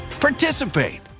participate